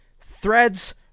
Threads